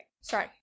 Sorry